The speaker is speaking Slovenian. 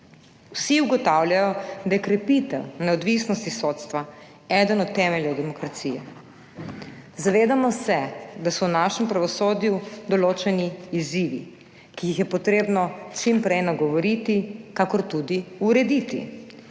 Vsi ugotavljajo, da je krepitev neodvisnosti sodstva eden od temeljev demokracije. Zavedamo se, da so v našem pravosodju določeni izzivi, ki jih je potrebno čim prej nagovoriti ter tudi urediti,